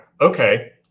okay